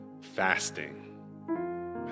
Fasting